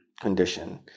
condition